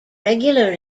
regular